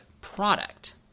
product